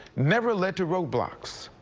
never let a road blocks.